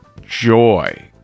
joy